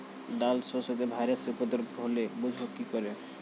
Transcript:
ডাল শস্যতে ভাইরাসের উপদ্রব হলে বুঝবো কি করে?